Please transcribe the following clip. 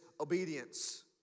obedience